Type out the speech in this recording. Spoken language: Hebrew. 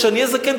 כשאני אהיה זקן,